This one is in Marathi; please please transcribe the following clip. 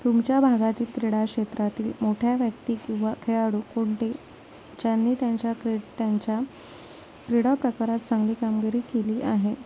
तुमच्या भागातील क्रीडा क्षेत्रातील मोठ्या व्यक्ती किंवा खेळाडू कोणते ज्यांनी त्यांच्या क्री त्यांच्या क्रीडा प्रकारात चांगली कामगिरी केली आहे